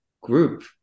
group